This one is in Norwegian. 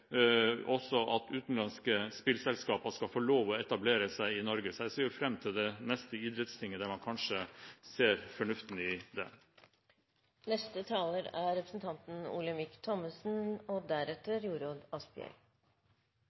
at utenlandske spillselskaper skal få lov til å etablere seg i Norge. Så jeg ser fram til det neste idrettstinget, der man kanskje ser fornuften i